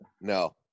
No